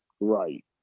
Right